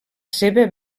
seva